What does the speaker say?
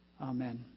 Amen